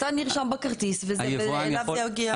אתה נרשם בכרטיס וזה מגיע לכל מי שאתה מבקש.